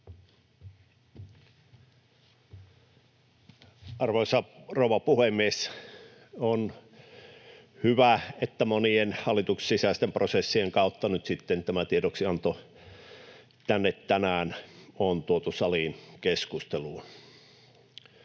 Arvoisa rouva puhemies! On hyvä, että monien hallituksen sisäisten prosessien kautta nyt sitten tämä tiedoksianto on tänään tuotu tänne saliin keskusteluun.